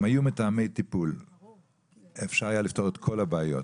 אם היו מתאמי טיפול אפשר היה לפתור את כל הבעיות,